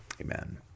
Amen